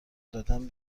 دادن